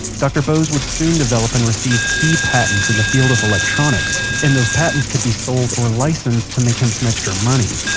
dr. bose would soon develop and receive key patents in the field of electronics. and those patents could be sold or licensed to make him some extra money.